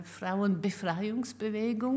Frauenbefreiungsbewegung